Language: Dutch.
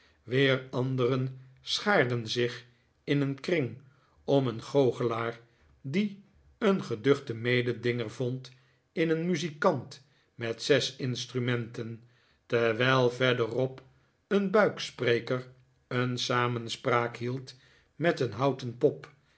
weer anderen schaarden zich in een kring om een goochelaar die een geduchten mededinger vond in een muzikant met zes instrumenten terwijl verderop een buikspreker een samenspraak hield met een houten pop